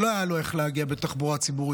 שלא היה לו איך להגיע בתחבורה ציבורית